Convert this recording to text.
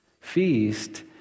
feast